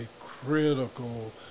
critical